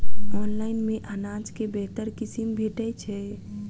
Online मे अनाज केँ बेहतर किसिम भेटय छै?